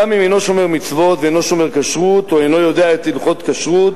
גם אם אינו שומר מצוות ואינו שומר כשרות או אינו יודע את הלכות כשרות,